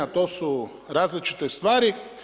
To su različite stvari.